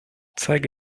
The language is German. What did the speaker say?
zeige